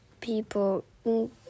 people